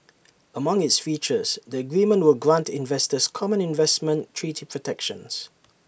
among its features the agreement will grant investors common investment treaty protections